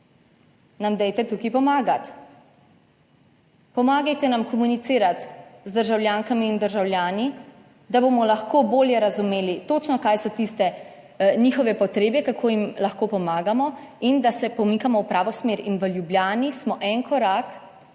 nam dajte tukaj pomagati; pomagajte nam komunicirati z državljankami in državljani, da bomo lahko bolje razumeli točno, kaj so tiste njihove potrebe, kako jim lahko pomagamo in da se pomikamo v pravo smer. In v Ljubljani smo en korak